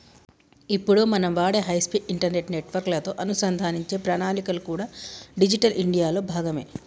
ఇప్పుడు మనం వాడే హై స్పీడ్ ఇంటర్నెట్ నెట్వర్క్ లతో అనుసంధానించే ప్రణాళికలు కూడా డిజిటల్ ఇండియా లో భాగమే